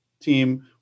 team